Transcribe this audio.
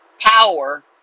power